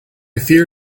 fear